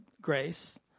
grace